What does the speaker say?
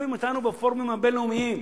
תוקפים אותנו בפורומים הבין-לאומיים